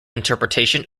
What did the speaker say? interpretation